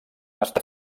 estar